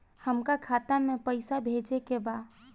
हमका खाता में पइसा भेजे के बा